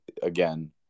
Again